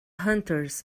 hunters